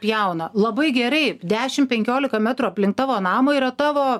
pjauna labai gerai dešim penkiolika metrų aplink tavo namą yra tavo